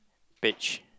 beige